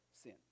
sin